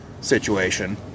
situation